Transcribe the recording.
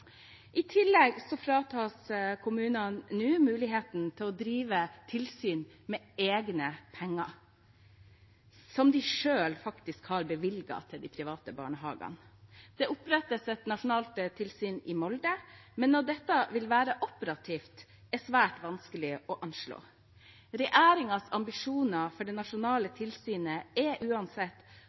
I tillegg fratas kommunene nå muligheten til å drive tilsyn med egne penger – som de selv faktisk har bevilget til de private barnehagene. Det opprettes et nasjonalt tilsyn i Molde, men når dette vil være operativt, er svært vanskelig å anslå. Regjeringens ambisjoner for det nasjonale tilsynet er uansett